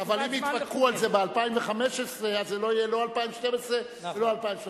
אבל אם יתווכחו על זה ב-2015 אז זה לא יהיה לא 2012 ולא 2013,